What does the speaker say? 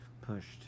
pushed